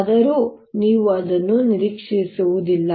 ಆದರೂ ನೀವು ಅದನ್ನು ನಿರೀಕ್ಷಿಸುವುದಿಲ್ಲ